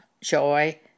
joy